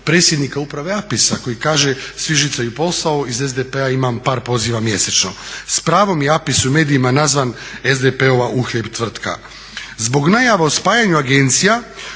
predsjednika Uprave APIS-a koji kaže svi žicaju posao iz SDP-a imam par poziva mjesečno. S pravom je APIS u medijima nazvan SDP-ova uhljeb tvrtka. Zbog najava o spajanju agencija